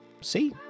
See